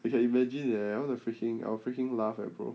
you can imagine leh I want to freaking I'll freaking laugh eh bro